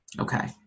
okay